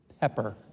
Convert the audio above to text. Pepper